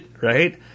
right